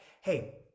hey